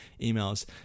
emails